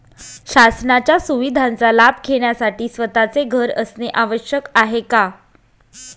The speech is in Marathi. शासनाच्या सुविधांचा लाभ घेण्यासाठी स्वतःचे घर असणे आवश्यक आहे का?